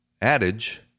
adage